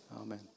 Amen